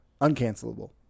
uncancelable